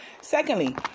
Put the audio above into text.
secondly